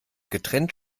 getrennt